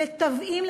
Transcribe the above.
לתובעים,